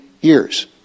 years